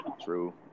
True